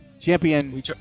Champion